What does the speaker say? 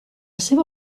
seva